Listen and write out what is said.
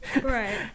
Right